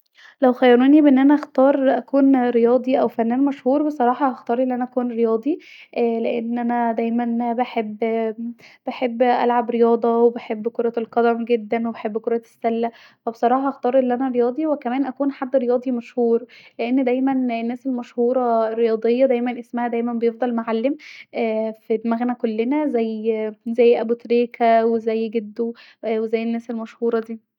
لو خيروني بين أن انا اكون رياضيه أو فنان مشهور هختار أن انا اكون رياضي لأن انا دايما بحب بحب اللعب رياضه وبحب كوره القدم جدا وبحب كوره السله ف بصراحه هختار أن انا اموت رياضي وهختار أن انا اكون حد رياضي مشهور لأن دايما الأشخاض المشهوره اسمها دائما بيضل معلم في دماغنا كلنا زي ابو تريكه وجدو زي الناس المشهوره ديه